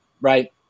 Right